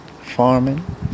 farming